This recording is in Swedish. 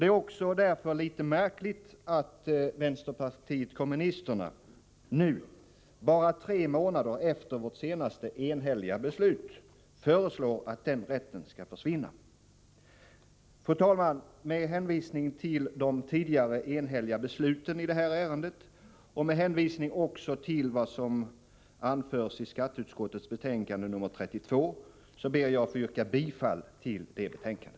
Det är därför litet märkligt att vänsterpartiet kommunisterna nu — bara tre månader efter vårt senaste enhälliga beslut — föreslår att den rätten skall försvinna. Fru talman! Med hänvisning till de tidigare enhälliga besluten i detta ärende och med hänvisning också till vad som anförs i skatteutskottets betänkande nr 32, ber jag att få yrka bifall till hemställan i detta betänkande.